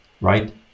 right